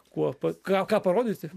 kuo pa ką ką parodyti